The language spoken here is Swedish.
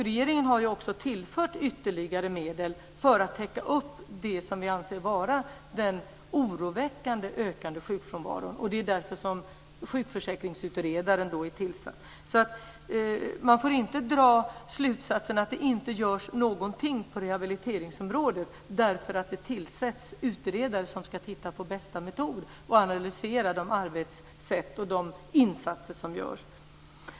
Regeringen har också tillfört ytterligare medel för att täcka den sjukfrånvaro som vi anser har ökat oroväckande. Det är därför vi har utsett en sjukförsäkringsutredare. Man får inte dra slutsatsen att det inte görs någonting på rehabiliteringsområdet därför att en utredare tillsätts som ska titta på vilken metod som är bäst och analysera arbetssätten och de insatser som görs.